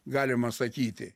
galima sakyti